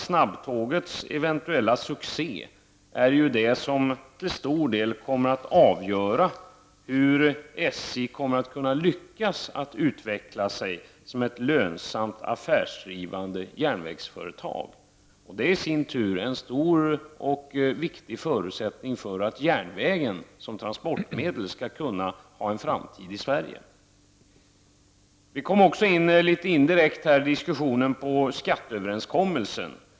Snabbtågets eventuella succé är det som till stor del kommer att avgöra om SJ kommer att kunna lyckas i sin utveckling till ett lönsamt affärsdrivande järnvägsföretag. Det i sin tur är en stor och viktig förutsättning för att järnvägen som transportmedel skall kunna ha en framtid i Sverige. Vi har indirekt i diskussionen kommit in på skatteöverenskommelsen.